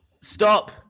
Stop